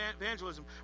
evangelism